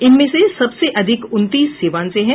इनमें से सबसे अधिक उनतीस सीवान से है